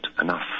enough